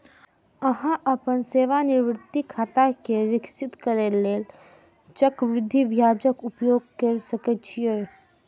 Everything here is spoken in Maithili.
अहां अपन सेवानिवृत्ति खाता कें विकसित करै लेल चक्रवृद्धि ब्याजक उपयोग कैर सकै छी